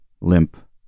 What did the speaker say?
limp